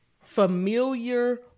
familiar